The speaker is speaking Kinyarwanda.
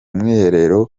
mwiherero